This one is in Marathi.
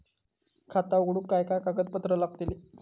खाता उघडूक काय काय कागदपत्रा लागतली?